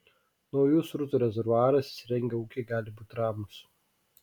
naujus srutų rezervuarus įsirengę ūkiai gali būti ramūs